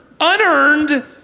unearned